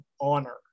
honor